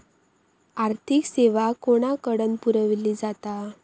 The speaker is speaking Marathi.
आर्थिक सेवा कोणाकडन पुरविली जाता?